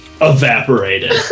evaporated